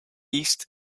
east